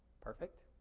Perfect